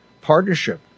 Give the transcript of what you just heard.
partnership